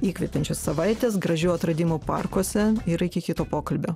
įkvepiančios savaitės gražių atradimų parkuose ir iki kito pokalbio